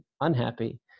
unhappy